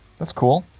that's cool.